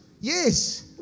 Yes